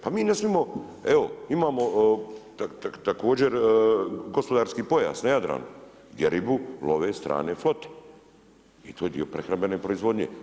Pa mi ne smijemo, evo imamo također gospodarski pojas na Jadranu gdje ribu love strane flote i to je dio prehrambene proizvodnje.